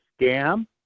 scam